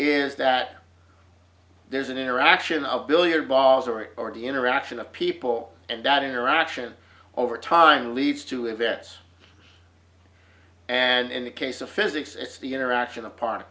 is that there's an interaction of billiard balls or it or the interaction of people and that interaction over time leads to events and in the case of physics it's the interaction of part